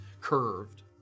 curved